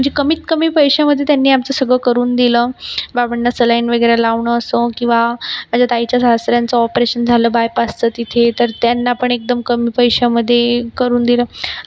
म्हणजे कमीतकमी पैशामधे त्यांनी आमचं सगळं करून दिलं बाबांना सलाइन वागैरे लावणं असो किंवा माझ्या ताईच्या सासऱ्यांचं ऑपरेशन झालं बायपासचं तिथे तर त्यांनापण एकदम कमी पैशांमधे करून दिलं